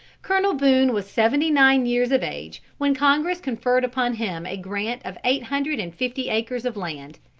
colonel boone was seventy-nine years of age when congress conferred upon him a grant of eight hundred and fifty acres of land.